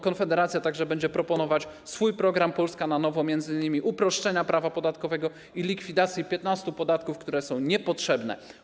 Konfederacja także będzie proponować swój program - Polska na nowo, m.in. uproszczenia prawa podatkowego i likwidacji 15 podatków, które są niepotrzebne.